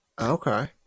Okay